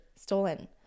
stolen